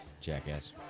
Jackass